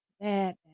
bad